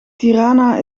tirana